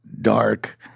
dark